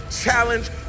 challenge